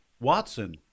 Watson